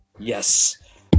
yes